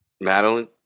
Madeline